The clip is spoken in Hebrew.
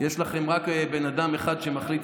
יש לכם רק בן אדם אחד שמחליט,